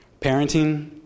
Parenting